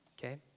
okay